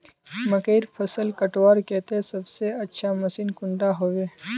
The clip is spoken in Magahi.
मकईर फसल कटवार केते सबसे अच्छा मशीन कुंडा होबे?